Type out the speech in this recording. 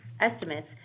estimates